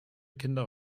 kinder